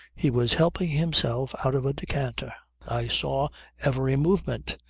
he was helping himself out of a decanter. i saw every movement,